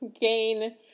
gain